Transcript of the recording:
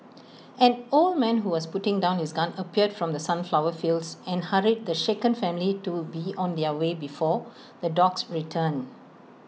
an old man who was putting down his gun appeared from the sunflower fields and hurried the shaken family to be on their way before the dogs return